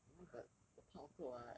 ya lah but 我怕 awkward [what]